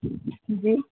जी